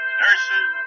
nurses